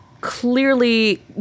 clearly